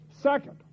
Second